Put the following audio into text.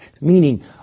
Meaning